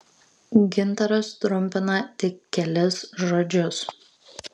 gintaras trumpina tik kelis žodžius